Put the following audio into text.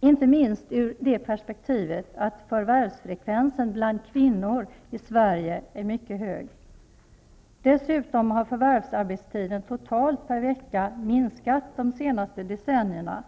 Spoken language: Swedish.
inte minst ur perspektivet att förvärvsfrekvensen bland kvinnor i Sverige är mycket hög. Dessutom har förvärsarbetstiden totalt per vecka minskat de senaste decennierna.